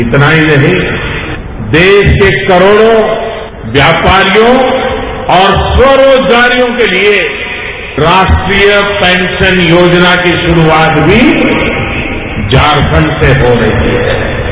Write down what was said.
इतना ही नहीं देश के करोड़ों व्यापारियों और स्वरोजगारियों के लिए राष्ट्रीय पेंशन योजना की शुरूआत भी झारखंड से हो रही है